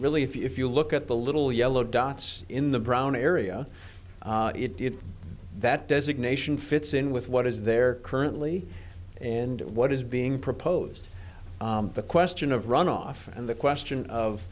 really if you look at the little yellow dots in the brown area it did that designation fits in with what is there currently and what is being proposed the question of runoff and the question of